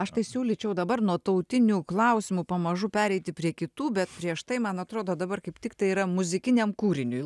aš tai siūlyčiau dabar nuo tautinių klausimų pamažu pereiti prie kitų bet prieš tai man atrodo dabar kaip tiktai yra muzikiniam kūriniui